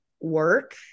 work